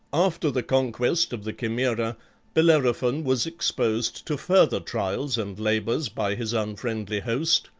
after the conquest of the chimaera bellerophon was exposed to further trials and labors by his unfriendly host,